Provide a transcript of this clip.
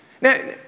Now